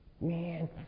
Man